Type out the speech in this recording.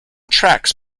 tracks